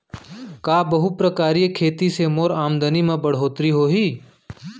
का बहुप्रकारिय खेती से मोर आमदनी म बढ़होत्तरी होही?